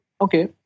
okay